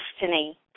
destiny